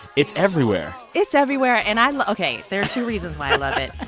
it's everywhere it's everywhere. and i ok. there are two reasons why i love it.